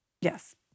Yes